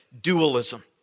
dualism